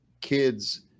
kids